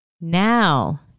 Now